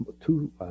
two